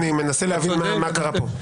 אני מנסה להבין מה קרה פה.